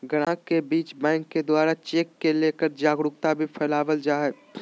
गाहक के बीच बैंक के द्वारा चेक के लेकर जागरूकता भी फैलावल जा है